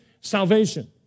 salvation